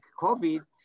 COVID